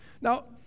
Now